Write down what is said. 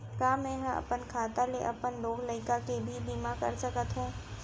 का मैं ह अपन खाता ले अपन लोग लइका के भी बीमा कर सकत हो